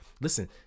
listen